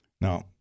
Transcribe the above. Now